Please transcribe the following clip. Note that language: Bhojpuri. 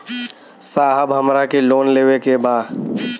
साहब हमरा के लोन लेवे के बा